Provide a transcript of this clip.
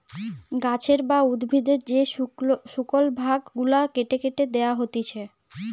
গাছের বা উদ্ভিদের যে শুকল ভাগ গুলা কেটে ফেটে দেয়া হতিছে